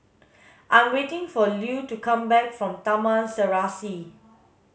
I am waiting for Lue to come back from Taman Serasi